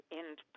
end